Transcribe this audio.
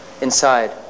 inside